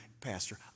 pastor